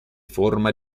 forma